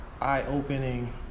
eye-opening